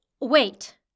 Wait